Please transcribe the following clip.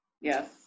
yes